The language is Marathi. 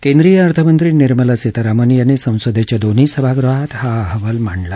केंद्रीय अर्थमंत्री निर्मला सीतारामन यांनी संसदेच्या दोन्ही सभागृहात हा अहवाल मांडला